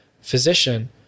physician